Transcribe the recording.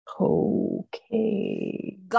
Okay